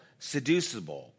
seducible